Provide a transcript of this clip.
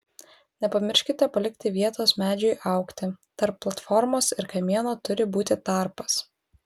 nepamirškite palikti vietos medžiui augti tarp platformos ir kamieno turi būti tarpas